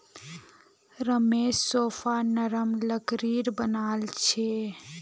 रमेशेर सोफा नरम लकड़ीर बनाल छ